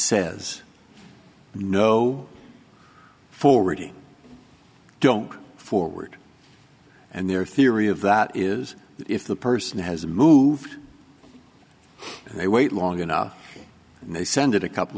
says no forwarding don't go forward and their theory of that is if the person has moved they wait long enough and they send a couple